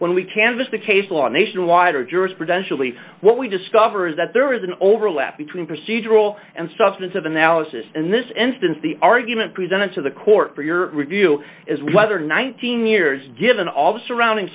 when we canvass the case law nationwide or jurisprudential least what we discover is that there is an overlap between procedural and substance of analysis in this instance the argument presented to the court for your review is whether nineteen years given all the surrounding